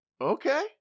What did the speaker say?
Okay